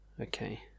Okay